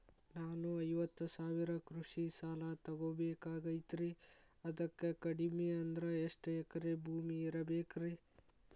ನಾನು ಐವತ್ತು ಸಾವಿರ ಕೃಷಿ ಸಾಲಾ ತೊಗೋಬೇಕಾಗೈತ್ರಿ ಅದಕ್ ಕಡಿಮಿ ಅಂದ್ರ ಎಷ್ಟ ಎಕರೆ ಭೂಮಿ ಇರಬೇಕ್ರಿ?